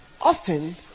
often